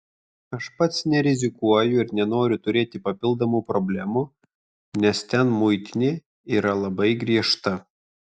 aš pats nerizikuoju ir nenoriu turėti papildomų problemų nes ten muitinė yra labai griežta